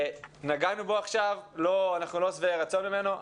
נגענו בו עכשיו ואנחנו לא שבעי רצון ממנו.